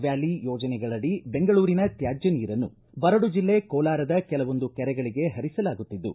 valley ಯೋಜನೆಗಳಡಿ ಬೆಂಗಳೂರಿನ ತ್ವಾಜ್ಯ ನೀರನ್ನು ಬರಡು ಜಿಲ್ಲೆ ಕೋಲಾರದ ಕೆಲವೊಂದು ಕೆರೆಗಳಿಗೆ ಪರಿಸಲಾಗುತ್ತಿದ್ದು